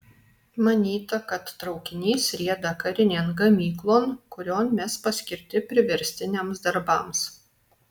manyta kad traukinys rieda karinėn gamyklon kurion mes paskirti priverstiniams darbams